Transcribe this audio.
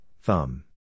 Thumb